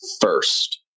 first